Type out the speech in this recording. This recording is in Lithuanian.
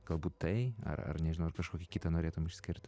galbūt tai ar ar nežinau ar kažkokį kitą norėtum išskirt